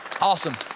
Awesome